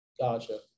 Gotcha